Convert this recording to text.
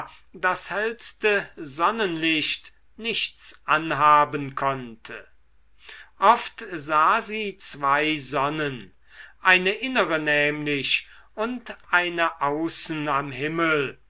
das hellste sonnenlicht nichts anhaben konnte oft sah sie zwei sonnen eine innere nämlich und eine außen am himmel